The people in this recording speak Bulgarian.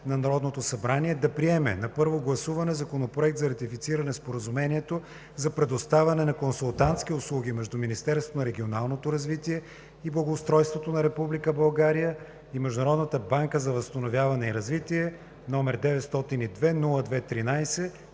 на Народното събрание да приеме на първо гласуване Законопроект за ратифициране на Споразумението за предоставяне на консултантски услуги между Министерството на регионалното развитие и благоустройството на Република България и Международната банка за възстановяване и развитие, № 902-02-13,